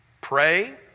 Pray